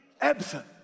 absent